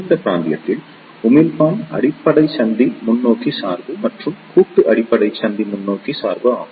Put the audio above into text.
இந்த பிராந்தியத்தில் உமிழ்ப்பான் அடிப்படை சந்தி முன்னோக்கி சார்பு மற்றும் கூட்டு அடிப்படை சந்தி முன்னோக்கி சார்பு ஆகும்